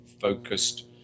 focused